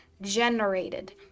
generated